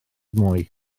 mwy